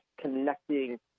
connecting